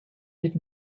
did